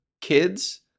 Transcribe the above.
kids